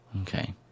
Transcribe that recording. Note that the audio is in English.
Okay